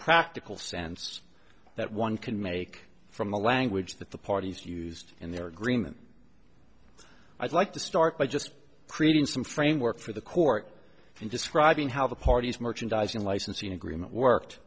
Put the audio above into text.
practical sense that one can make from the language that the parties used in their agreement i'd like to start by just creating some framework for the court and describing how the parties merchandising licensing agreement worked